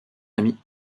ami